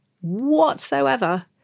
whatsoever